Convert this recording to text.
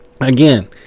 Again